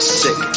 sick